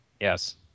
Yes